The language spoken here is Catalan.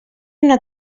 una